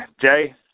Jay